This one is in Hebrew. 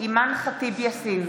אימאן ח'טיב יאסין,